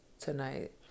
tonight